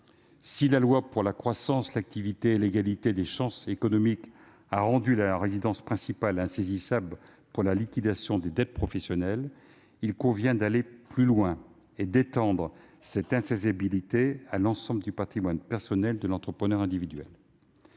août 2015 pour la croissance, l'activité et l'égalité des chances économiques a rendu la résidence principale insaisissable pour la liquidation des dettes professionnelles, il convient d'aller plus loin et d'étendre cette insaisissabilité à l'ensemble du patrimoine personnel de l'entrepreneur individuel.